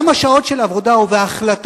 בכמה שעות של עבודה ובהחלטה,